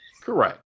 Correct